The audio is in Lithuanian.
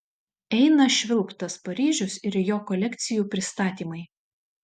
eina švilpt tas paryžius ir jo kolekcijų pristatymai